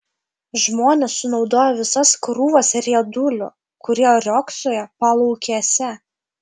žmonės sunaudojo visas krūvas riedulių kurie riogsojo palaukėse